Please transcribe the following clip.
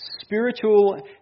spiritual